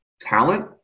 talent